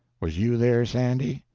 was you there, sandy?